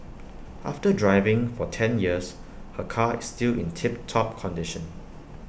after driving for ten years her car is still in tip top condition